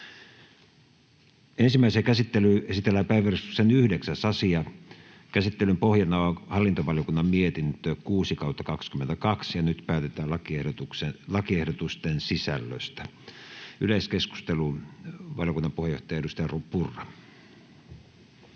Ensimmäiseen käsittelyyn esitellään päiväjärjestyksen 9. asia. Käsittelyn pohjana on hallintovaliokunnan mietintö HaVM 6/2022 vp. Nyt päätetään lakiehdotusten sisällöstä. — Yleiskeskustelu, valiokunnan puheenjohtaja, edustaja Purra.